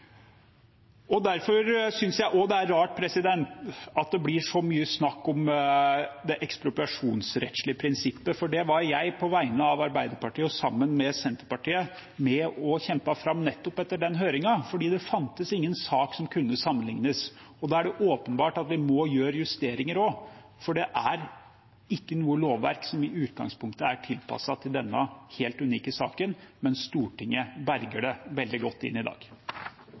er rart at det blir så mye snakk om det ekspropriasjonsrettslige prinsippet, for det prinsippet var jeg, på vegne av Arbeiderpartiet, sammen med Senterpartiet, med og kjempet fram nettopp etter den høringen, fordi det fantes ingen sak som kunne sammenlignes med dette. Da er det åpenbart at vi også må gjøre justeringer, for det er ikke noe lovverk som i utgangspunktet er tilpasset denne helt unike saken. Men Stortinget berger det veldig godt inn i dag.